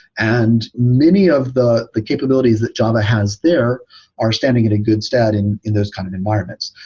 and many of the ah capabilities that java has there are standing in a good stat in in those kind of environments.